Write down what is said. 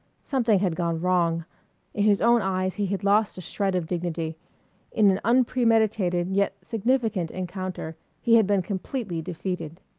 something had gone wrong in his own eyes he had lost a shred of dignity in an unpremeditated yet significant encounter he had been completely defeated.